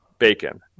bacon